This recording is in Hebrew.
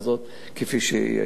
כפי שהיתה שם.